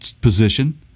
position